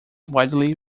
widely